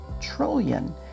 trillion